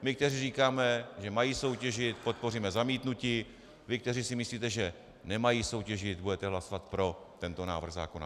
My, kteří říkáme, že mají soutěžit, podpoříme zamítnutí, vy, kteří si myslíte, že nemají soutěžit, budete hlasovat pro tento návrh zákona.